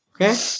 Okay